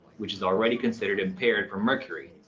which is already considered impaired for mercury.